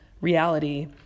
reality